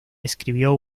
escribió